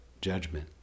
judgment